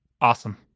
Awesome